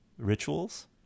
rituals